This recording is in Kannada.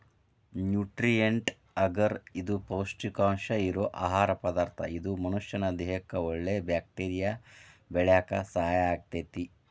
ನ್ಯೂಟ್ರಿಯೆಂಟ್ ಅಗರ್ ಇದು ಪೌಷ್ಟಿಕಾಂಶ ಇರೋ ಆಹಾರ ಪದಾರ್ಥ ಇದು ಮನಷ್ಯಾನ ದೇಹಕ್ಕಒಳ್ಳೆ ಬ್ಯಾಕ್ಟೇರಿಯಾ ಬೆಳ್ಯಾಕ ಸಹಾಯ ಆಗ್ತೇತಿ